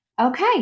Okay